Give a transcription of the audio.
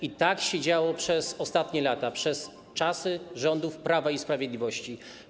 I tak się działo przez ostatnie lata, przez czasy rządów Prawa i Sprawiedliwości.